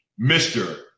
Mr